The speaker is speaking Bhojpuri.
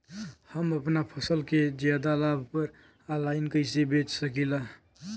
हम अपना फसल के ज्यादा लाभ पर ऑनलाइन कइसे बेच सकीला?